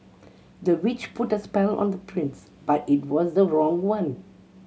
the witch put a spell on the prince but it was the wrong one